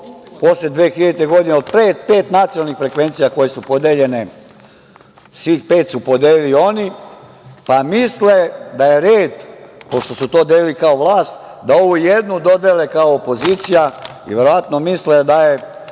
posle 2000. godine. Od pet nacionalnih frekvencija koje su podeljene, svih pet su podelili oni, pa misle da je red, pošto su to delili kao vlast, da ovu jednu dodele kao opozicija i verovatno misle da je